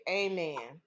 amen